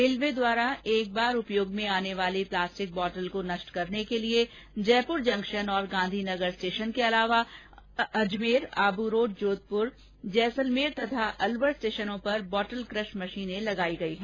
railway द्वारा एक बार उपयोग में आने वाली प्लास्टिक बॉटल को नष्ट करने के लिये जयपुर जंक्शन और गांधी नगर स्टेशन के अलावा अजमेर आबूरोड जोधपुर जैसलमेर तथा अलवर स्टेषनों पर बॉटल क्रष मषीनें लगाई गई हैं